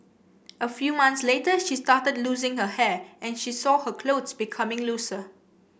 a few months later she started losing her hair and she saw her clothes becoming looser